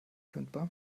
kündbar